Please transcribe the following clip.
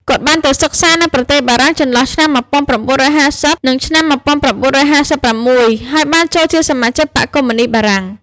គាត់ បានទៅសិក្សានៅប្រទេសបារាំងចន្លោះឆ្នាំ១៩៥០ និងឆ្នាំ១៩៥៦ ហើយបានចូលជាសមាជិកបក្សកុម្មុយនីស្តបារាំង។